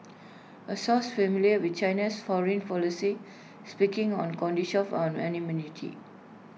A source familiar with China's foreign policy speaking on condition of anonymity